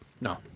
No